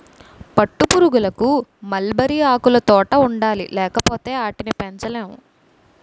పట్టుపురుగులకు మల్బరీ ఆకులుతోట ఉండాలి లేపోతే ఆటిని పెంచలేము